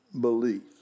belief